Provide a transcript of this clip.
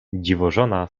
dziwożona